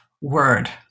word